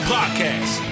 Podcast